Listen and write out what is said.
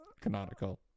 canonical